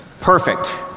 Perfect